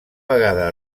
vegada